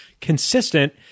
consistent